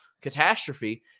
catastrophe